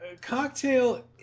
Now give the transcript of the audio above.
Cocktail